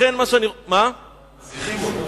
מנציחים אותו.